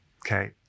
okay